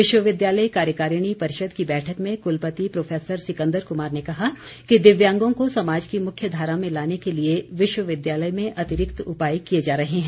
विश्वविद्यालय कार्यकारिणी परिषद की बैठक में कुलपति प्रोफैसर सिकंदर कुमार ने कहा कि दिव्यांगों को समाज की मुख्य धारा में लाने के लिए विश्वविद्यालय में अतिरिक्त उपाय किए जा रहे हैं